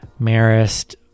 Marist